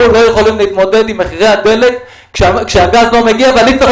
אנחנו לא יכולים להתמודד עם מחירי הדלק כשהגז לא מגיע ואני צריך